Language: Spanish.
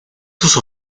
sus